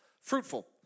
Fruitful